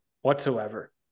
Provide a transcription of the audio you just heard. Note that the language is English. whatsoever